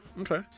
okay